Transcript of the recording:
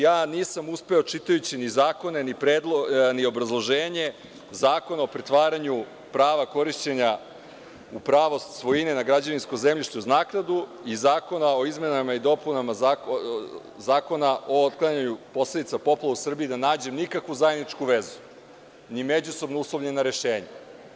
Ja nisam uspeo, čitajući zakone, ni obrazloženja Zakona o pretvaranju prava korišćenja u pravo svojine na građevinskom zemljištu uz naknadu i zakona o izmenama i dopunama Zakona o otklanjanju posledica poplava u Srbiji, da nađem nikakvu zajedničku vezu, ni međusobno uslovljena rešenja.